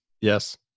Yes